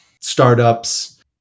startups